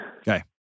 Okay